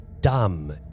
dumb